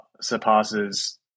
surpasses